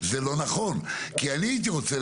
את הייצור של